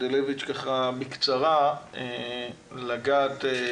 זה קשה מאוד.